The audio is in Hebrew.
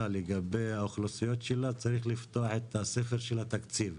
לגבי האוכלוסיות שלה צריך לפתוח את הספר של התקציב.